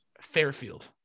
Fairfield